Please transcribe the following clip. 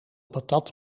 patat